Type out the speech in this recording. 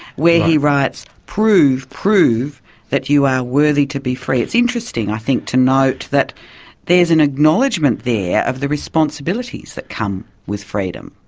where he writes prove, prove that you are worthy to be free'. it's interesting i think to note that there is an acknowledgement there of the responsibilities that come with freedom.